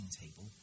table